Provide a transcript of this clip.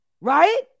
Right